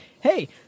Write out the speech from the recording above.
hey